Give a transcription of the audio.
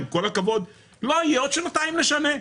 עם כל הכבוד מה זה יהיה עוד שנתיים משנה?